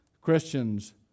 Christians